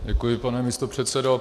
Děkuji, pane místopředsedo.